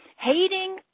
hating